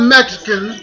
Mexican